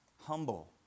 humble